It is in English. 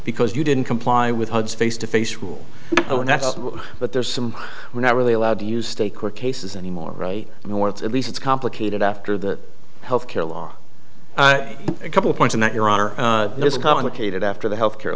because you didn't comply with hugs face to face rule but there's some we're not really allowed to use state court cases anymore and where it's at least it's complicated after the health care law a couple points on that your honor there's a complicated after the health care